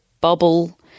bubble